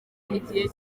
igihe